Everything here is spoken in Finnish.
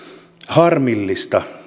harmillista